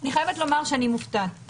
אני חייבת לומר שאני מופתעת.